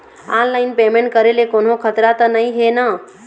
Online payment करे ले कोन्हो खतरा त नई हे न?